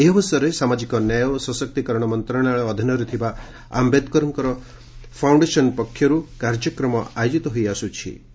ଏହି ଅବସରରେ ସାମାଜିକ ନ୍ୟାୟ ଓ ସଶକ୍ତିକରଣ ମନ୍ତ୍ରଣାଳୟ ଅଧୀନରେ ଥିବା ଆମ୍ଭେଦକର ଫାଉଣ୍ଡେସନ୍ ପକ୍ଷର୍ କାର୍ଯ୍ୟକ୍ରମ ଆୟୋଜିତ ହୋଇଆସ୍କ୍ଥି